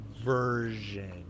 version